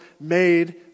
made